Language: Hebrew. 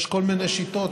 יש כל מיני שיטות,